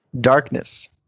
darkness